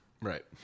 Right